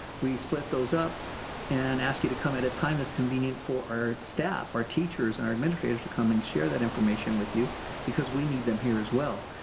we split those up and ask you to come at a time that's convenient for our staff, our teachers and our administrators to come and share that information with you because we need them here as well.